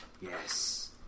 Yes